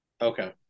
Okay